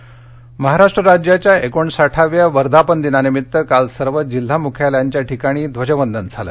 महाराष्ट्र दिन महाराष्ट्र राज्याच्या एकोणसाठाव्या वर्धापन दिनानिमित्त काल सर्व जिल्हा मुख्यालायांच्या ठिकाणी ध्वजवंदन झालं